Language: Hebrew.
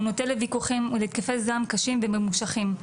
הוא נוטה לוויכוחים ולהתקפי זעם קשים וממושכים,